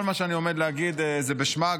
כל מה שאני עומד להגיד זה בשמה,